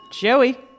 Joey